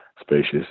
spacious